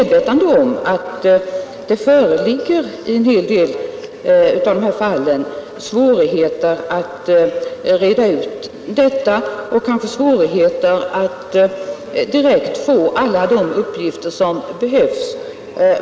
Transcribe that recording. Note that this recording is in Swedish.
Det föreligger svårigheter att reda ut en del av dessa fall och att direkt få alla de uppgifter som behövs.